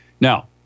Now